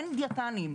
אין דיאטנים,